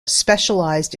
specialized